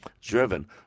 driven